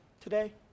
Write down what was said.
today